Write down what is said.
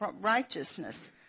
righteousness